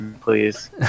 Please